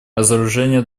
разоружение